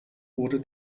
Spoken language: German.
wurde